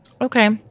Okay